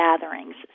gatherings